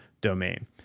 domain